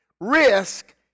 Risk